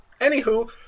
Anywho